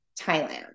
Thailand